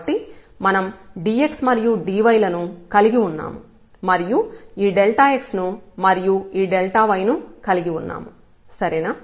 కాబట్టి మనం dx మరియు dy లను కలిగి ఉన్నాము మరియు ఈ x ను మరియు ఈ y ను కలిగి ఉన్నాము సరేనా